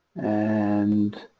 and